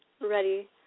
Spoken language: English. ready